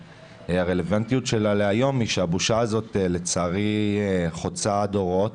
הרלוונטיות שלה להיום היא שהבושה הזאת לצערי חוצה דורות,